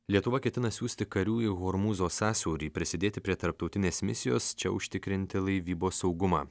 lietuva ketina siųsti karių į hormūzo sąsiaurį prisidėti prie tarptautinės misijos čia užtikrinti laivybos saugumą